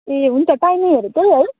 ए हुन्छ टाइमिङहरू त्यही है